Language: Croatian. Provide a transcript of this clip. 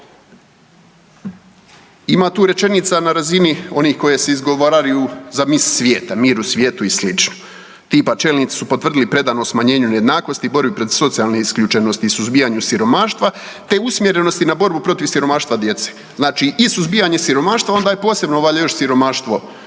Ima tu rečenica na razini onih koji se izgovaraju za miss svijeta, mir u svijetu i sl. Tipa, čelnici su potvrdili predanost smanjenju nejednakosti, borbi protiv socijalne isključenosti i suzbijanju siromaštva te usmjerenosti na borbu protiv siromaštva djece. Znači i suzbijanje siromaštva, onda je posebno valjda još siromaštvo